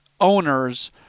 owners